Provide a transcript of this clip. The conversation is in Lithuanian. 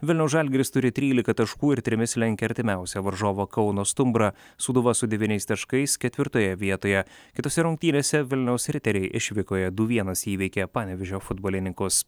vilniaus žalgiris turi trylika taškų ir trimis lenkia artimiausią varžovą kauno stumbrą sūduva su devyniais taškais ketvirtoje vietoje kitose rungtynėse vilniaus riteriai išvykoje du vienas įveikė panevėžio futbolininkus